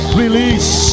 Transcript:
release